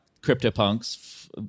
CryptoPunks